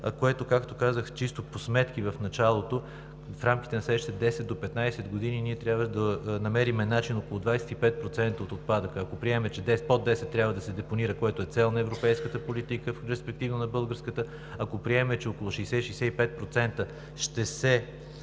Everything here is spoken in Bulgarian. срещата, чисто по сметки в рамките от 10 до 15 години ние трябва да намерим начин за около 25% от отпадъка. Ако приемем, че под 10% трябва да се депонира, което е цел на европейската политика, в перспектива на българската; ако приемем, че около 60 – 65% ще се